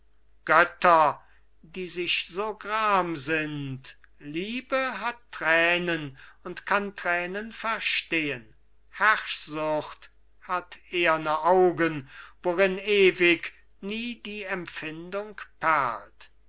götter die sich so gram sind liebe hat tränen und kann tränen verstehen herrschsucht hat eherne augen worin ewig nie die empfindung